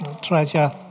Treasure